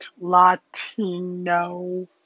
Latino